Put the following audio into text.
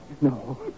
No